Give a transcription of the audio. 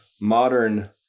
modern